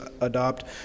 adopt